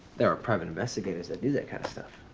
there are private investigators that do that kind of stuff.